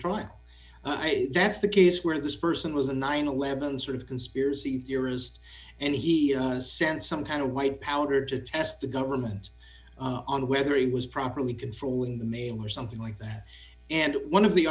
trial that's the case where this person was a nine hundred and eleven sort of conspiracy theorist and he sent some kind of white powder to test the government on whether he was properly controlling the mail or something like that and one of the